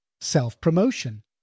Self-promotion